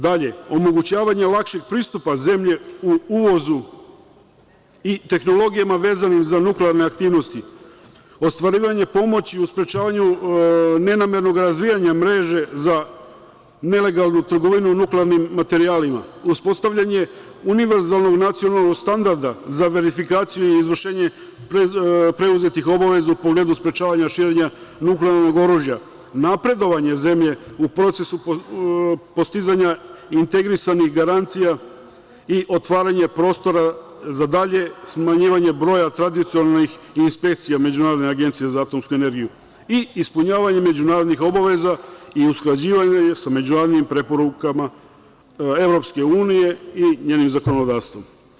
Dalje, omogućavanje lakšeg pristupa zemlje u uvozu i tehnologijama vezanim za nuklearne aktivnosti, ostvarivanje pomoći u sprečavanju nenamernog razvijanja mreže za nelegalnu trgovinu nuklearnim materijalima, uspostavljanje univerzalnog nacionalnog standarda za verifikaciju i izvršenje preuzetih obaveza u pogledu sprečavanju širenja nuklearnog oružja, napredovanje zemlje u procesu postizanja integrisanih garancija i otvaranje prostora za dalje smanjivanje broja tradicionalnih inspekcija Međunarodne agencije za atomsku energiju i ispunjavanje međunarodnih obaveza i usklađivanje sa međunarodnim preporukama EU i njenim zakonodavstvom.